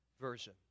Version